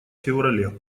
феврале